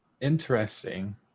Interesting